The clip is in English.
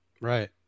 right